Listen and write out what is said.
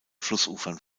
flussufern